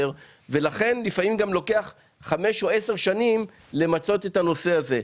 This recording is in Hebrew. לפעמים גם לוקח חמש או עשר שנים למצות את הנושא הזה.